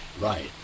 Right